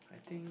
I think